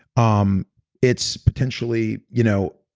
um it's potentially, you know,